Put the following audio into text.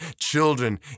children